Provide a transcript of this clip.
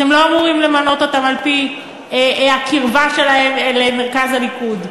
אתם לא אמורים למנות אותם על-פי הקרבה שלהם למרכז הליכוד.